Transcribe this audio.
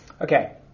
Okay